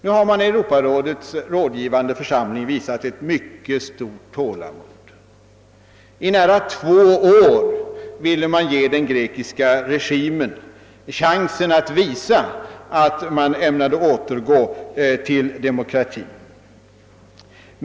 I Europarådets rådgivande församling har man visat mycket stort tålamod, och i nära två år har man där velat ge den grekiska regimen en chans att visa att den ämnade återgå till demokrati.